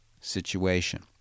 situation